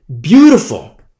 beautiful